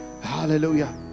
hallelujah